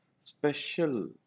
special